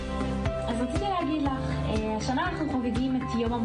שעוסק בנושא מבנה משרת